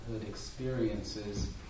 experiences